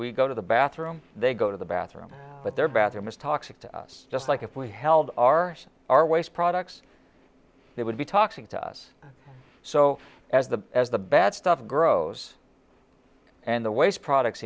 we go to the bathroom they go to the bathroom but their bathroom is toxic to us just like if we held our our waste products they would be talking to us so as the as the bad stuff grows and the waste products